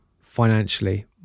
financially